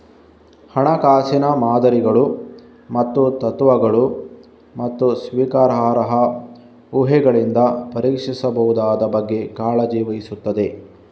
ಹಣಕಾಸಿನ ಮಾದರಿಗಳು ಮತ್ತು ತತ್ವಗಳು, ಮತ್ತು ಸ್ವೀಕಾರಾರ್ಹ ಊಹೆಗಳಿಂದ ಪರೀಕ್ಷಿಸಬಹುದಾದ ಬಗ್ಗೆ ಕಾಳಜಿ ವಹಿಸುತ್ತದೆ